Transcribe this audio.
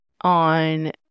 on